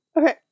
Okay